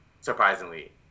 surprisingly